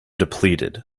depleted